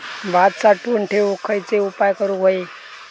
भात साठवून ठेवूक खयचे उपाय करूक व्हये?